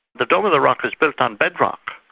the dome of the rock is built on bedrock,